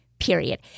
Period